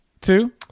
two